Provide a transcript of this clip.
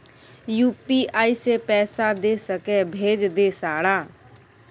UPI से पैसा दे सके भेज दे सारा?